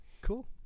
cool